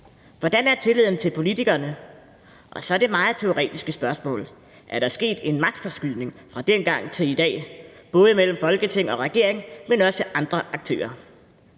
Hvordan er tilliden til politikerne? Og så det meget teoretiske spørgsmål: Er der sket en magtforskydning fra dengang til i dag – både imellem Folketing og regering, men også imellem andre aktører?